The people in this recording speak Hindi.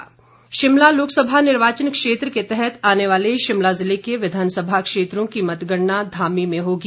मतगणना शिमला बस सेवा शिमला लोकसभा निर्वाचन क्षेत्र के तहत आने वाले शिमला जिले के विधानसभा क्षेत्रों की मतगणना धामी में होगी